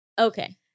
Okay